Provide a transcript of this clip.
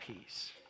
peace